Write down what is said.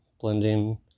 blending